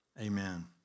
Amen